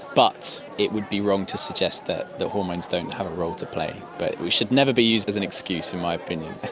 but it would be wrong to suggest that hormones don't have a role to play. but it should never be used as an excuse, in my opinion.